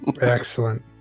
Excellent